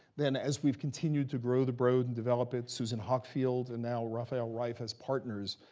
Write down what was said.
then, as we've continued to grow the broad and develop it, susan hockfield, and now rafael reif, as partners,